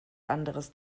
anderes